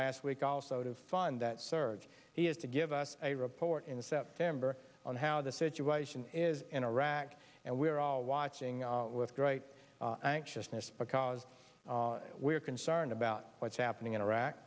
last week also to fund that surge he is to give us a report in september on how the situation is in iraq and we're all watching with great anxiousness because we're concerned about what's happening in iraq